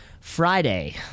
friday